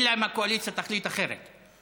אלא אם כן הקואליציה תחליט אחרת.